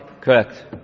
Correct